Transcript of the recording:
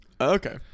Okay